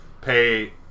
pay